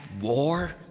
war